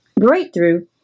Breakthrough